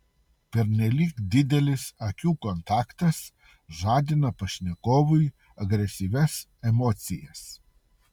pernelyg didelis akių kontaktas žadina pašnekovui agresyvias emocijas